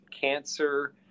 cancer